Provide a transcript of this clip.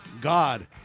God